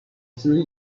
three